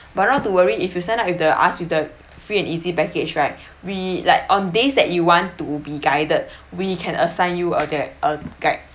but not to worry if you sign up with the us with the free and easy package right we like on days that you want to be guided we can assign you uh there a guide